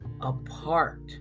apart